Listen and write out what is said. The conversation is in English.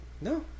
No